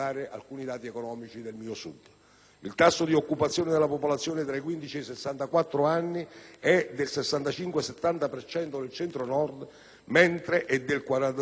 Il tasso di occupazione della popolazione tra i 15 e i 64 anni è del 65-70 per cento nel Centro-Nord, mentre è del 42-50 per